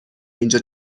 اینجا